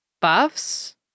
buffs